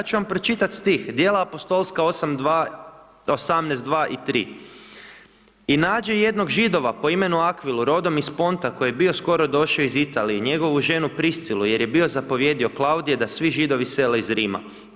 Ja ću vam pročitati stih dijela apostolska 18.2. i 3. „ I nađe jednog Židova po imenu Akvil, rodom iz Ponta koji je bio skoro došao iz Italije, njegovu ženu Priscilu jer je bio zapovjedio Klaudie da svi Židovi sele iz Rima.